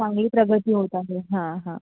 चांगली प्रगती होत आहे हां हां